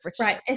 Right